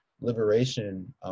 liberation